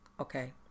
Okay